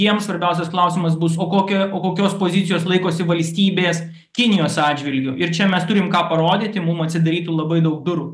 jiems svarbiausias klausimas bus o kokia o kokios pozicijos laikosi valstybės kinijos atžvilgiu ir čia mes turim ką parodyti mum atsidarytų labai daug durų